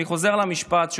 אני חוזר על המשפט,